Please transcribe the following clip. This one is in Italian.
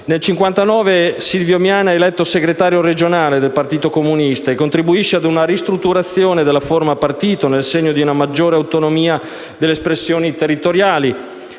Nel 1959 Silvio Miana è eletto segretario regionale del Partito Comunista e contribuisce ad una ristrutturazione della forma partito nel segno di una maggiore autonomia delle espressioni territoriali,